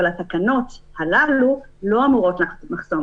אבל התקנות הללו לא אמורות לחסום.